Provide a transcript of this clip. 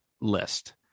list